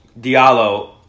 Diallo